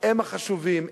הם החשובים,